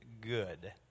good